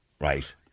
Right